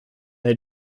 they